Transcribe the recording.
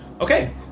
Okay